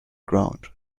ground